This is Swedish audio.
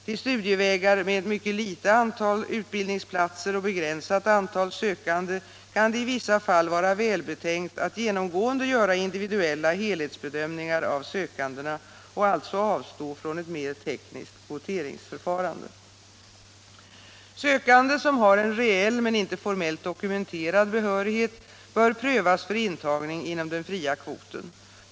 Till studievägar med ett mycket litet antal utbildningsplatser och begränsat antal sökande kan det i vissa fall vara välbetänkt att genomgående göra individuella helhetsbedömningar av sökandena och alltså avstå från ett mer tekniskt kvoteringsförfarande. Sökande som har en reell men inte formellt dokumenterad behörighet bör prövas för intagning inom den fria kvoten.